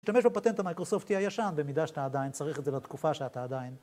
השתמש בפטנט המייקרוסופטי הישן, במידה שאתה עדיין צריך את זה לתקופה שאתה עדיין